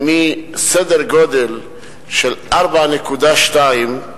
מסדר גודל של 4.2,